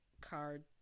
card